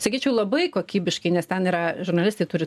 sakyčiau labai kokybiškai nes ten yra žurnalistai turi